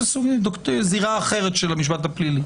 זה זירה אחרת של המשפט הפלילי.